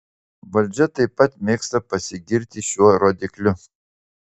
valdžia taip pat mėgsta pasigirti šiuo rodikliu